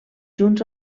junts